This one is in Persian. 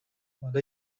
حالا